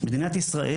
מדינת ישראל,